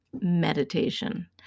meditation